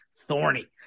thorny